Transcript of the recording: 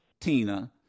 Tina